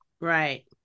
Right